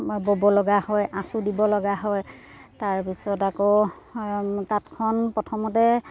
বা ব'ব লগা হয় আঁচু দিব লগা হয় তাৰপিছত আকৌ তাঁতখন প্ৰথমতে